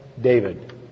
David